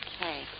Okay